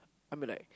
I mean like